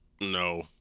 No